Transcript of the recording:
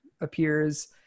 appears